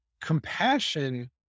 compassion